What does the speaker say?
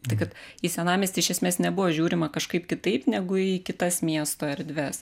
tai kad į senamiestį iš esmės nebuvo žiūrima kažkaip kitaip negu į kitas miesto erdves